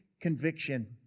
conviction